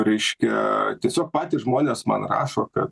reiškia tiesiog patys žmonės man rašo kad